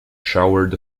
showered